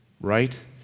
Right